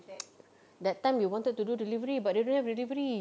that time we wanted to do delivery but they don't have delivery